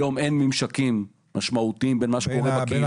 היום אין ממשקים משמעותיים בין מה שקורה בקהילה